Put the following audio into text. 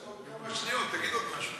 יש עוד כמה שניות, תגיד עוד משהו.